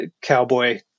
cowboy